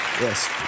yes